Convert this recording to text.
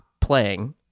playing